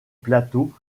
plateau